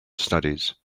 studies